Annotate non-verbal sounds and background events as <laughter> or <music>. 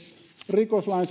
rikoslain <unintelligible>